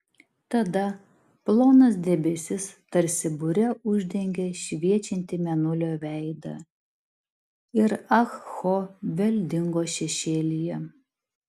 tada plonas debesis tarsi bure uždengė šviečiantį mėnulio veidą ir ah ho vėl dingo šešėlyje